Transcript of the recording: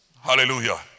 Hallelujah